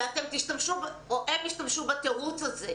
והם ישתמשו בתירוץ הזה.